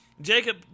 Jacob